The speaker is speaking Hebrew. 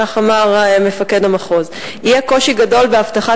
כך אמר מפקד המחוז: יהיה קושי גדול באבטחת